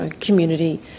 community